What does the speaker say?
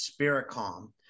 Spiritcom